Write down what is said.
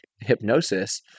hypnosis